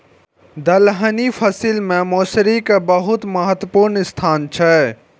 दलहनी फसिल मे मौसरी के बहुत महत्वपूर्ण स्थान छै